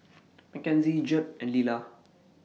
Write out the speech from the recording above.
Mckenzie Jeb and Lilah